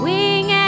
Wing